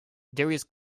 darius